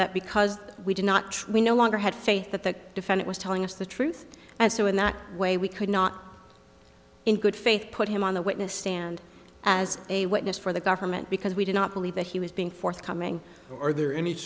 that because we did not try we no longer had faith that the defendant was telling us the truth and so in that way we could not in good faith put him on the witness stand as a witness for the government because we do not believe that he was being forthcoming are the